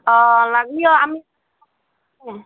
অঁ আমি